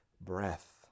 breath